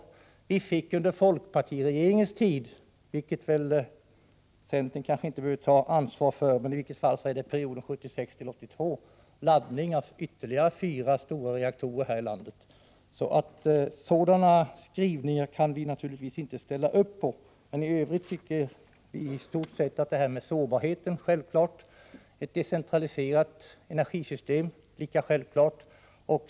Dessutom fick vi under folkpartiregeringens tid — centern behöver väl inte ta ansvar för detta, men i vilket fall som helst gäller det perioden 1976-1982 — laddning här i landet av ytterligare fyra stora reaktorer. Sådana skrivningar kan vi naturligtvis inte ställa upp på. Vad som skrivits om sårbarheten är självfallet riktigt, och decentralisering av energisystemet är någonting lika självklart.